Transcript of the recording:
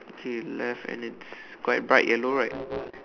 okay less and it's quite bright yellow right